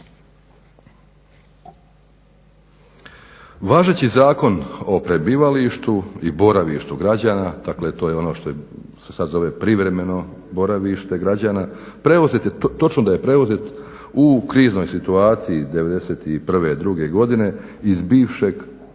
Važeći Zakon o prebivalištu i boravištu građana, dakle to je ono što se sad zove privremeno boravište građana preuzet je točno da je preuzet u kriznoj situaciji 1991., druge godine iz bivšeg